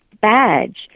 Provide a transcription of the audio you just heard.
badge